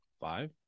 Five